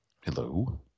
Hello